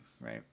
right